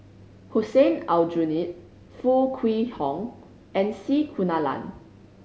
Hussein Aljunied Foo Kwee Horng and C Kunalan